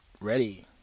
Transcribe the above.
ready